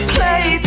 Play